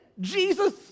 Jesus